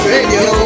Radio